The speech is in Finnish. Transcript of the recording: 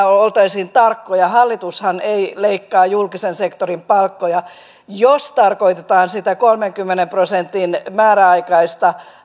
oltaisiin tarkkoja hallitushan ei leikkaa julkisen sektorin palkkoja jos tarkoitetaan sitä kolmenkymmenen prosentin määräaikaista